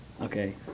Okay